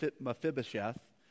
Mephibosheth